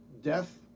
Death